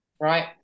right